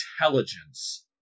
intelligence